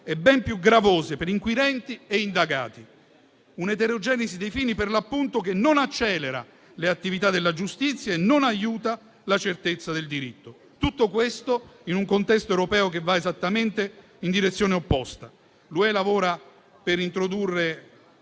e ben più gravose per inquirenti e indagati. Una eterogenesi dei fini, per l'appunto, che non accelera le attività della giustizia e non aiuta la certezza del diritto. Tutto questo in un contesto europeo che va esattamente in direzione opposta. L'Unione europea